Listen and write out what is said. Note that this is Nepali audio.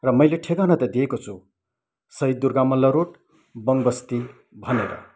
र मैले ठेगाना त दिएको छु सहिद दुर्गा मल्ल रोड बोङबस्ती भनेर